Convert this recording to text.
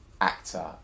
actor